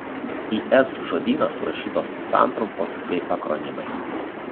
į s žodyną surašytos santrumpos bei akronimai